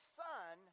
son